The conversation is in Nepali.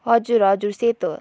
हजुर हजुर सेतो